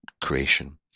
creation